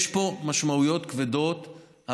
יש פה משמעיות כבדות,